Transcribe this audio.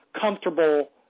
comfortable